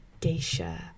geisha